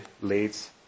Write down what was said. leads